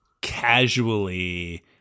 casually